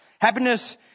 Happiness